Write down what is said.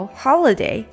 holiday